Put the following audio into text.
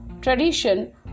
tradition